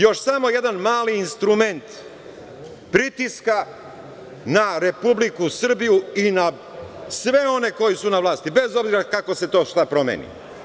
Još samo jedan mali instrument pritiska na Republiku Srbiju i na sve one koji su na vlasti, bez obzira kako se to šta promeni.